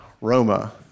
Roma